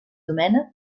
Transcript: domènec